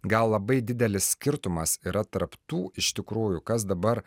gal labai didelis skirtumas yra tarp tų iš tikrųjų kas dabar